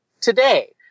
today